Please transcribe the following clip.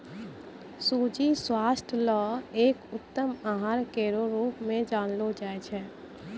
सूजी स्वास्थ्य ल एक उत्तम आहार केरो रूप म जानलो जाय छै